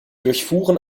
durchfuhren